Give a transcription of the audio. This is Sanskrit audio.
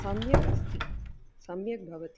सम्यक् अस्ति सम्यक् भवति